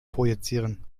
projizieren